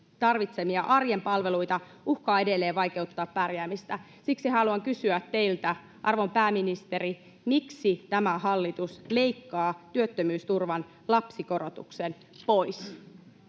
tarvitsemia arjen palveluita, uhkaa edelleen vaikeuttaa pärjäämistä. Siksi haluan kysyä teiltä, arvon pääministeri: miksi tämä hallitus leikkaa työttömyysturvan lapsikorotuksen pois?